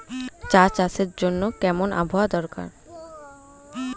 চা চাষের জন্য কেমন আবহাওয়া দরকার?